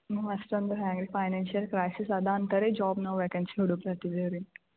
ನೀವು ಅಷ್ಟೊಂದು ಹ್ಯಾಂಗೆ ರೀ ಫೈನಾನ್ಶಿಯಲ್ ಕ್ರೈಸಿಸ್ ಇದೆ ಅಂತ ರೀ ಜಾಬ್ ನಾವು ವೆಕೇನ್ಸಿ ಹುಡುಕ್ಲತ್ತಿದ್ದೇವೆ ರೀ